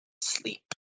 Sleep